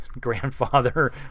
grandfather